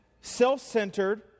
self-centered